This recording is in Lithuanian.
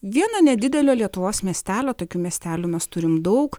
viena nedidelio lietuvos miestelio tokių miestelių mes turim daug